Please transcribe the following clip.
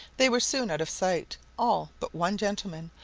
they were soon out of sight, all but one gentleman,